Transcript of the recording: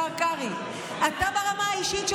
אתה ברמה האישית,